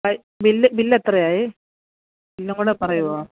pi bill bill എത്രയായി ബില്ലും കൂടെ പറയുമോ